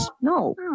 No